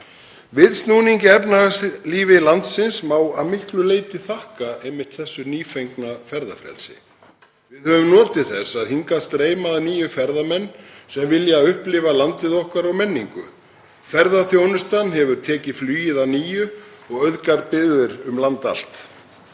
Viðsnúningi í efnahagslífi landsins má að miklu leyti þakka einmitt þessu nýfengna ferðafrelsi. Við höfum notið þess að hingað streyma að nýju ferðamenn sem vilja upplifa landið okkar og menningu. Ferðaþjónustan hefur tekið flugið að nýju og auðgar byggðir um land allt.